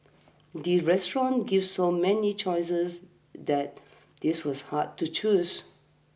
the restaurant gave so many choices that this was hard to choose